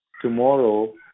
tomorrow